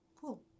cool